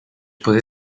poter